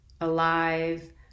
alive